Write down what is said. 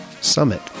Summit